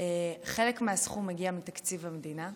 חלק מהסכום הגיע מתקציב המדינה,